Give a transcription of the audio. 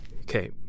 Okay